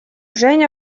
женя